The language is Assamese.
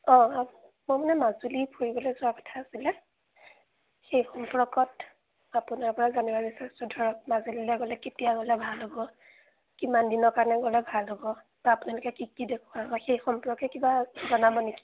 অঁ মই মানে মাজুলী ফুৰিবলৈ যোৱা কথা আছিলে সেই সম্পৰ্কত আপোনাৰপৰা জানিব বিচাৰিছোঁ ধৰক মাজুলীলৈ গ'লে কেতিয়া গ'লে ভাল হ'ব কিমান দিনৰ কাৰণে গ'লে ভাল হ'ব বা আপোনালোকে কি কি দেখুৱাব সেই সম্পৰ্কে কিবা জনাব নেকি